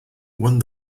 one